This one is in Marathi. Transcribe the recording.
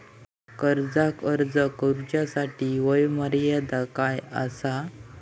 कर्जाक अर्ज करुच्यासाठी वयोमर्यादा काय आसा?